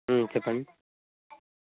చెప్పండి